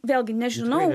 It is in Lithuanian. vėlgi nežinau